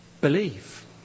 believe